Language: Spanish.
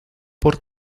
por